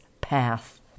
path